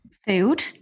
Food